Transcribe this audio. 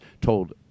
told